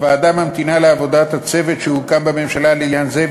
הוועדה ממתינה לעבודת הצוות שהוקם בממשלה לעניין זה,